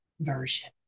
Version